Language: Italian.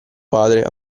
padre